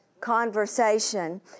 conversation